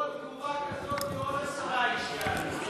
כל תגובה כזאת, עוד עשרה איש יעלו.